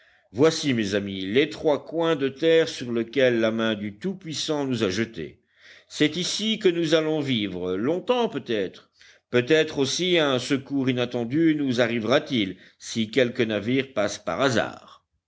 voici mes amis l'étroit coin de terre sur lequel la main du tout-puissant nous a jetés c'est ici que nous allons vivre longtemps peut-être peut-être aussi un secours inattendu nous arrivera-t-il si quelque navire passe par hasard